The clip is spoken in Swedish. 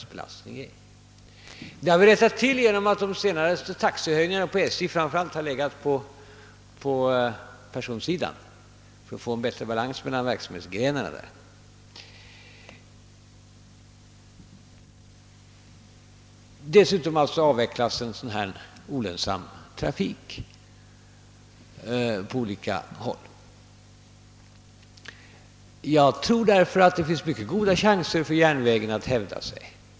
Detta har vi rättat till genom att de senaste taxehöjningarna på SJ framför allt har lagts på personsidan, för att få bättre balans mellan verksamhetsgrenarna. Dessutom avvecklas på olika håll olönsam trafik. Jag tror därför att det finns mycket goda chanser för järnvägen att hävda sig.